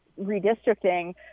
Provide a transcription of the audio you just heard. redistricting